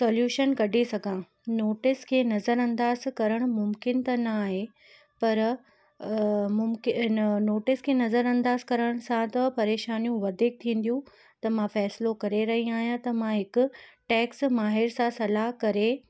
solution कढी सघां notice खे नज़र अंदाज़ करण मुमकिन त न आहे पर मुमकिन नोटिस खे नज़र अंदाज़ करण सां तो परेशानियूं वधीक थींदियूं त मां फैसिलो करे रही आहियां त मां हिकु टैक्स माहिरु सां सलाहु करे